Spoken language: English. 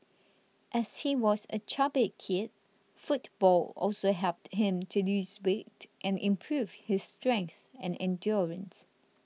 as he was a chubby kid football also helped him to lose weight and improve his strength and endurance